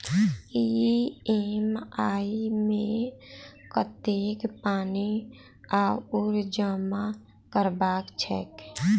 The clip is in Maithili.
ई.एम.आई मे कतेक पानि आओर जमा करबाक छैक?